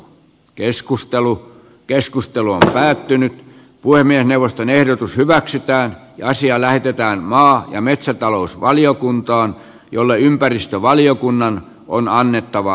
keskustelu keskustelu päättynyt puhemiesneuvoston ehdotus hyväksytään asia lähetetään maa ja metsätalousvaliokuntaan jolle ympäristövaliokunnan on annettava